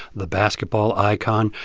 the basketball icon.